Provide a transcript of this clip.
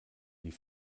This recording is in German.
die